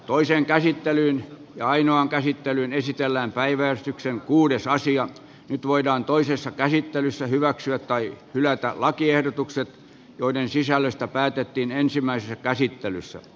toisen käsittelyn ainoan käsittelyyn esitellään päiväystyksen kuudes nyt voidaan toisessa käsittelyssä hyväksyä tai hylätä lakiehdotukset joiden sisällöstä päätettiin ensimmäisessä käsittelyssä